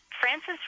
Francis